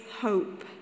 hope